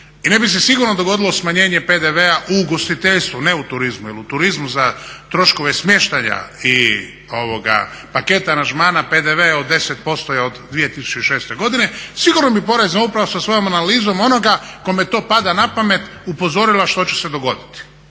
i ne bi se sigurno dogodilo smanjenje PDV-a u ugostiteljstvu, ne u turizmu. Jer u turizmu za troškove smještaja i paket aranžmana PDV od 10% je od 2006. godine sigurno bi Porezna uprava sa svojom analizom onoga kome to pada na pamet upozorila što će se dogoditi.